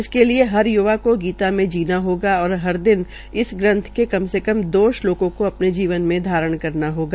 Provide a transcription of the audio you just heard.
इसलिये हर य्वा को गीता में जीना होगा और हर दिन इस ग्रंथ के कम से कम दो श्लोकों को अपने जीवन में धारण करना होगा